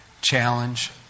challenge